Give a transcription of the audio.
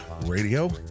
radio